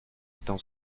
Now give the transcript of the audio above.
dans